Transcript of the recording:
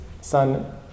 son